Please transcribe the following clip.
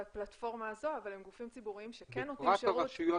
בפלטפורמה הזו אבל הם גופים ציבוריים שכן נותנים שירות.